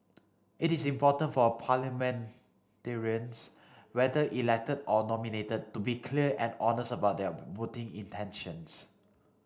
it is important for parliamentarians whether elected or nominated to be clear and honest about their voting intentions